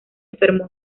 enfermó